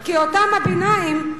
כי אותם ביניים,